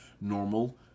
normal